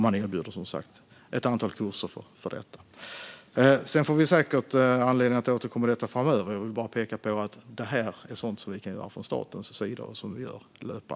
Man erbjuder, som sagt, ett antal kurser för detta. Vi får säkert anledning att återkomma i dessa frågor framöver. Jag vill bara peka på att det här är sådant vi löpande kan göra från statens sida.